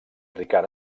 ricard